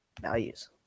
values